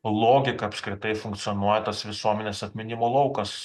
logiką apskritai funkcionuoja tas visuomenės atminimo laukas